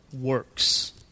works